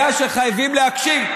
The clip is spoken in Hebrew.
יודע שחייבים להקשיב.